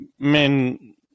men